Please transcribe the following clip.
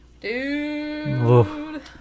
Dude